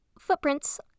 footprints